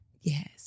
Yes